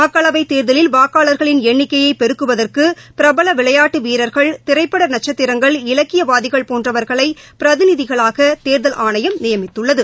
மக்களவைதேர்தலில் வாக்காளர்களின் எண்ணிக்கையைபெருக்குவதற்குபிரபலவிளையாட்டுவீரர்கள் திரைப்படநட்சத்திரங்கள் இலக்கியவாதிகள் போன்றவர்களைபிரதிநிதிகளாகதேர்தல் ஆணையம் நியமித்துள்ளது